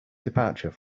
departure